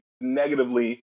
negatively